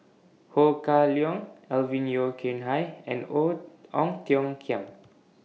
Ho Kah Leong Alvin Yeo Khirn Hai and Ong Ang Tiong Khiam